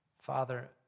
Father